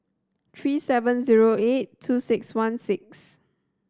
three seven zero eight two six one six